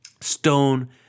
Stone